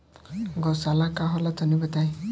गौवशाला का होला तनी बताई?